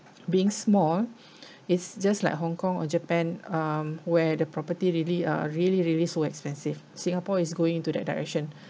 being small it's just like hong kong or japan um where the property really uh really really so expensive singapore is going into that direction